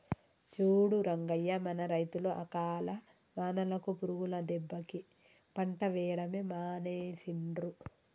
చూడు రంగయ్య మన రైతులు అకాల వానలకు పురుగుల దెబ్బకి పంట వేయడమే మానేసిండ్రు